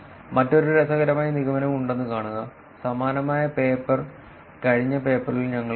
മറ്റൊരു രസകരമായ നിഗമനം ഉണ്ടെന്ന് കാണുക സമാനമായ പേപ്പർ കഴിഞ്ഞ പേപ്പറിൽ ഞങ്ങൾ കണ്ടു